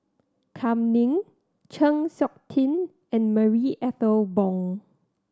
Kam Ning Chng Seok Tin and Marie Ethel Bong